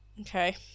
Okay